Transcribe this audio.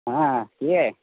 হ্যাঁ কে